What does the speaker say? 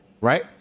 right